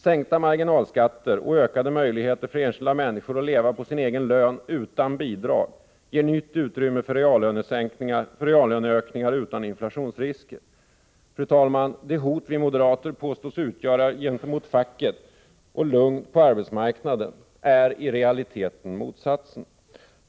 Sänkta marginalskatter och ökade möjligheter för enskilda människor att leva på sin egen lön utan bidrag ger nytt utrymme för reallöneökningar utan inflationsrisker. Fru talman! Det hot vi moderater påstås utgöra gentemot facket och lugnet på avtalsmarknaden är i realiteten motsatsen.